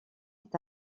est